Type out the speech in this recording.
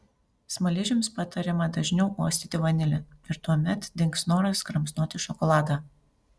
smaližiams patariama dažniau uostyti vanilę ir tuomet dings noras kramsnoti šokoladą